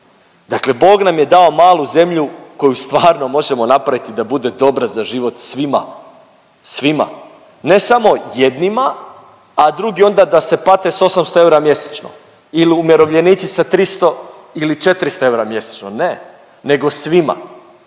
dakle Bog nam je dao malu zemlju koju stvarno možemo napraviti da bude dobra za život svima, svima, ne samo jednima, a drugi onda da se pate s 800 eura mjesečno il umirovljenici sa 300 ili 400 eura mjesečno. Ne, nego svima